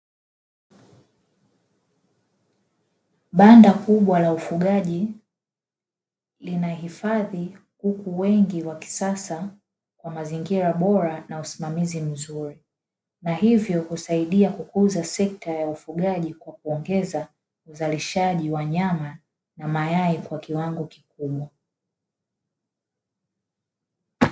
Banda kubwa la ufugaji linahifadhi kuku wengi wa kisasa kwa mazingira bora na usimamizi mzuri na hivyo husaidia kukuza sekta ya ufugaji kwa kuongeza uzalishaji wa nyama na mayai kwa kiwango kikubwa.